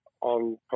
on